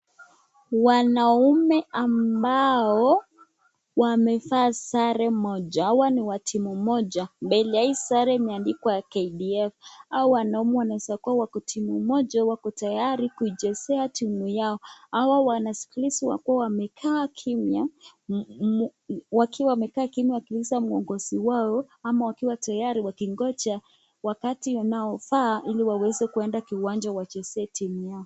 Wanaume ambao wamevaa sare moja. Hawa ni wa timu moja. Mbele ya hii sare imeandikwa KDF. Hawa wanaume wanaweza kuwa wako timu moja wako tayari kuichezea timu yao. Hao wanasarakasi wakiwa wamekaa kimya wakiuliza muongozi wao ama wakiwa tayari wakingoja wakati unaofaa ili waweze kuenda kiwanja wachezee timu yao.